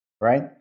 right